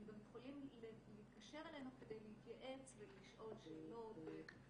הם גם יכולים להתקשר אלינו כדי להתייעץ ולשאול שאלות.